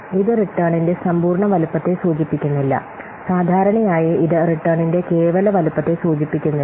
ഇത് റിട്ടേണിന്റെ സമ്പൂർണ്ണ വലുപ്പത്തെ സൂചിപ്പിക്കുന്നില്ല സാധാരണയായി ഇത് റിട്ടേണിന്റെ കേവല വലുപ്പത്തെ സൂചിപ്പിക്കുന്നില്ല